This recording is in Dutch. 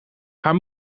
haar